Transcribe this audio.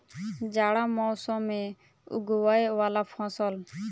जाड़ा मौसम मे उगवय वला फसल?